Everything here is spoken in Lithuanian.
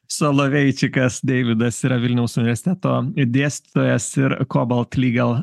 soloveičikas deividas yra vilniaus universiteto dėstytojas ir kobaltligel